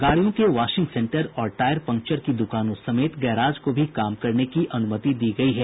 गाड़ियों के washing centre और टायर पंक्चर की दुकानों समेत गैराज को भी काम करने की अनुमति दी गयी है